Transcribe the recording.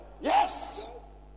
yes